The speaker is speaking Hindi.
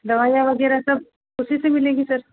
दवाइयाँ वगैरह सब उसी से मिलेंगी सर